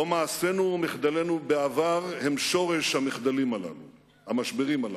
לא מעשינו או מחדלינו בעבר הם שורש המשברים הללו,